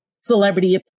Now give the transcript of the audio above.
celebrity